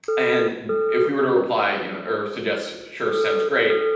and if we were to reply you know or suggest, sure, sounds great,